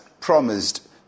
promised